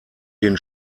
den